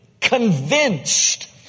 convinced